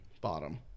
Bottom